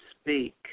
speak